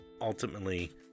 Ultimately